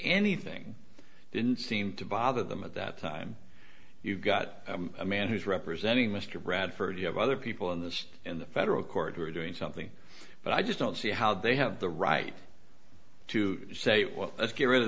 anything didn't seem to bother them at that time you got a man who's representing mr bradford you have other people in this in the federal court who are doing something but i just don't see how they have the right to say let's get rid of